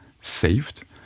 saved